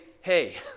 Hey